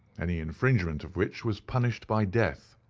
any infringement of which was punished by death.